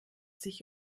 sich